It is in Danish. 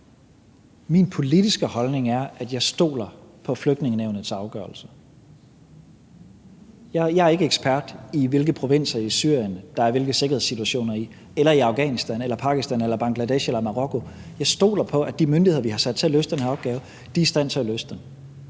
Min politiske holdning er, at jeg stoler på Flygtningenævnets afgørelse. Jeg er ikke ekspert i, hvilke sikkerhedssituationer der er i hvilke provinser af Syrien – eller i Afghanistan eller i Pakistan eller i Bangladesh eller i Marokko. Jeg stoler på, at de myndigheder, vi har sat til at løse den her opgave, er i stand til at løse den.